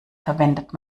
verwendet